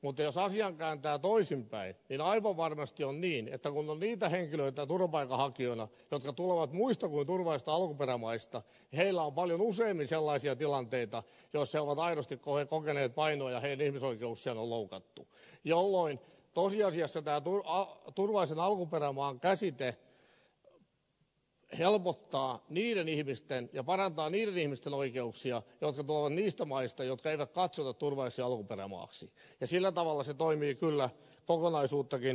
mutta jos asian kääntää toisinpäin niin aivan varmasti on niin että kun on niitä henkilöitä turvapaikanhakijoina jotka tulevat muista kuin turvallisista alkuperämaista niin heillä on paljon useammin sellaisia tilanteita joissa uho mainosti voiton äänenpainoja helin on he ovat aidosti kokeneet vainoa ja heidän ihmisoikeuksiaan on loukattu jolloin tosiasiassa tämä turvallisen alkuperämaan käsite helpottaa ja parantaa niiden ihmisten oikeuksia jotka tulevat niistä maista joita ei katsota turvallisiksi alkuperä maiksi ja sillä tavalla se toimii kyllä kokonaisuuttakin silmällä pitäen